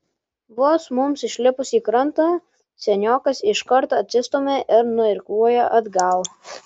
vos mums išlipus į krantą seniokas iškart atsistumia ir nuirkluoja atgal